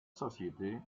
société